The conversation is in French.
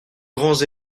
grands